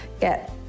get